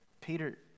Peter